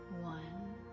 one